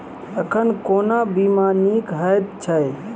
एखन कोना बीमा नीक हएत छै?